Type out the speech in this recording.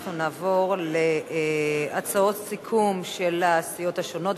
אנחנו נעבור להצעות סיכום של הסיעות השונות,